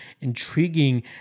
intriguing